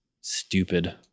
stupid